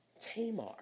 Tamar